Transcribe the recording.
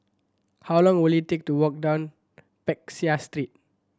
how long will it take to walk down Peck Seah Street